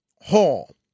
Hall